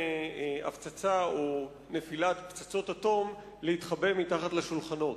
הפצצה או נפילת פצצות אטום להתחבא מתחת לשולחנות.